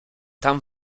tam